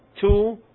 two